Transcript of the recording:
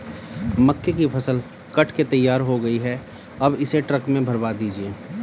मक्के की फसल कट के तैयार हो गई है अब इसे ट्रक में भरवा दीजिए